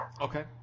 Okay